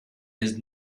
his